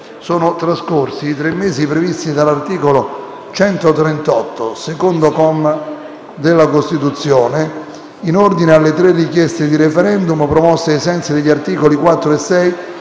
sono trascorsi i tre mesi previsti dall'articolo 138, secondo comma, della Costituzione in ordine alle tre richieste di *referendum* promosse ai sensi degli articoli 4 e 6